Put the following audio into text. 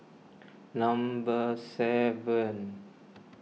number seven